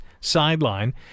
sideline